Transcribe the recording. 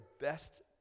best